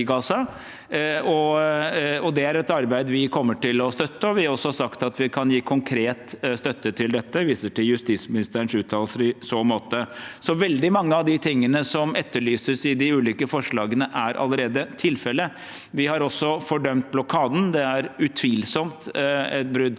apartheidkonvensjon kommer til å støtte. Vi har også sagt at vi kan gi konkret støtte til dette, jeg viser til justisministerens uttalelser i så måte. Så veldig mye av det som etterlyses i de ulike forslagene, er allerede tilfellet. Vi har også fordømt blokaden. Det er utvilsomt et brudd på